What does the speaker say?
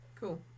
Cool